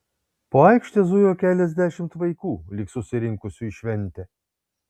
po aikštę zujo keliasdešimt vaikų lyg susirinkusių į šventę